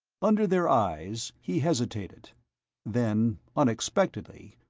under their eyes he hesitated then, unexpectedly,